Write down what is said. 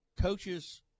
coaches